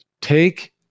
take